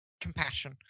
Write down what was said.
compassion